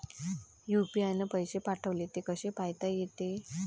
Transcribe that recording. UPI न पैसे पाठवले, ते कसे पायता येते?